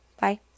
Bye